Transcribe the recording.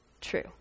true